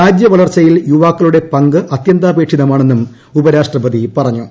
രാജ്യ വളർച്ചയിൽ യുവാക്കളുടെ പങ്ക് അത്യന്താപേക്ഷിതമാണെന്നും ഉപരാഷ്ട്രപതി പറഞ്ഞു